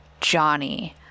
Johnny